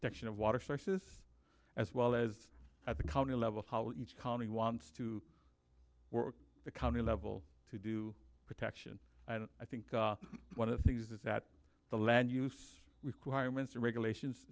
protection of water sources as well as at the county level how each county wants to work the county level to do protection and i think one of the things is that the land use requirements and regulations